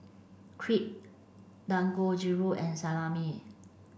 Crepe Dangojiru and Salami